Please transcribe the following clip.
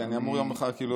כי אני אמור יום אחד --- כן.